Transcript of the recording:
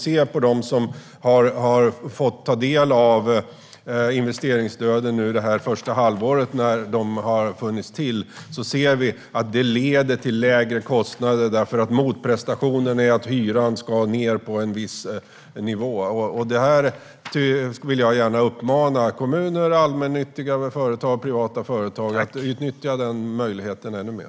För dem som har fått ta del av investeringsstöden under det första halvår då de funnits ser vi att de leder till lägre kostnader eftersom motprestationen är att hyran ska ned på en viss nivå. Jag vill gärna uppmana kommuner och allmännyttiga och privata företag att utnyttja denna möjlighet ännu mer.